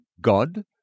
God